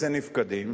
נפקדים,